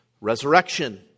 resurrection